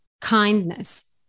kindness